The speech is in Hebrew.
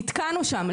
נתקענו שם.